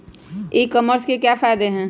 ई commerce के क्या फायदे हैं?